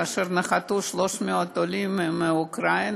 כאשר נחתו 300 עולים מאוקראינה,